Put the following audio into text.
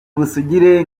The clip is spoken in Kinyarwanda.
ubusugire